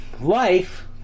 Life